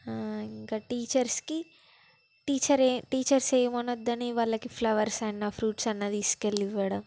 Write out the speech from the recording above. ఇంక టీచర్స్కి టీచరే టీచర్స్ ఏమనద్దని వాళ్ళకి ఫ్లవర్స్ అన్నా ఫ్రూట్స్ అన్నా తీసుకు వెళ్ళి ఇవ్వడం